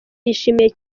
yashimiye